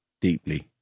deeply